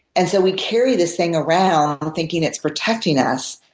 and so we carry this thing around, um thinking it's protecting us,